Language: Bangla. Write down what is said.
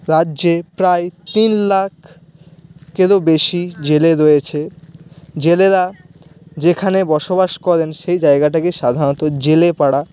রাজ্যে প্রায় তিন লাখেরও বেশি জেলে রয়েছে জেলেরা যেখানে বসবাস করেন সেই জায়গাটাকে সাধারণত জেলেপাড়া